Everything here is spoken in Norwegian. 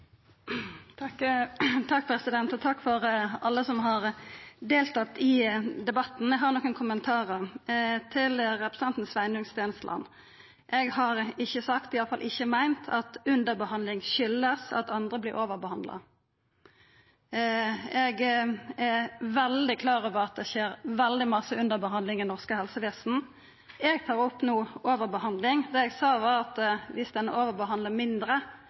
Takk til alle som har deltatt i debatten. Eg har nokre kommentarar. Først til representanten Sveinung Stensland. Eg har ikkje sagt – i alle fall ikkje meint – at underbehandling skuldast at andre vert overbehandla. Eg er veldig klar over at det skjer veldig mykje underbehandling i norsk helsestell. Det eg tar opp no, er overbehandling. Det eg sa, var at viss ein overbehandlar mindre,